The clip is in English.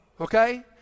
okay